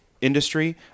industry